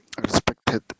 respected